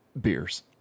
Beers